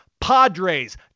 Padres